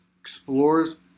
explores